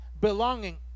belonging